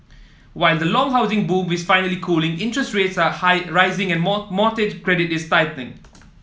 while the long housing boom is finally cooling interest rates are high rising and mortgage credit is tightening